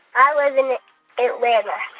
i live in atlanta.